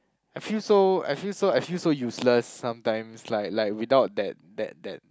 I feel so I feel so I feel so useless sometimes like like without that that that